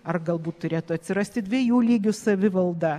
ar galbūt turėtų atsirasti dviejų lygių savivalda